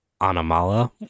anamala